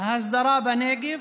ההסדרה בנגב,